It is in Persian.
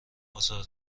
آثار